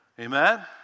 Amen